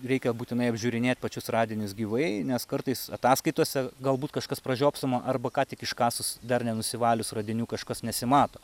reikia būtinai apžiūrinėt pačius radinius gyvai nes kartais ataskaitose galbūt kažkas pražiopsoma arba ką tik iškasus dar nenusivalius radinių kažkas nesimato